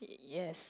yes